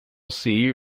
see